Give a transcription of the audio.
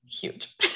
huge